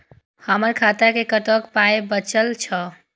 हमर खाता मे कतैक पाय बचल छै